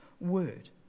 word